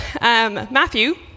Matthew